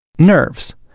nerves